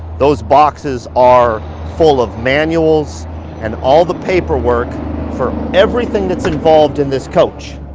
those boxes are full of manuals and all the paperwork for everything that's involved in this coach.